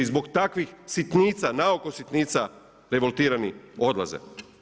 I zbog takvih sitnica, naoko sitnica revoltirani odlaze.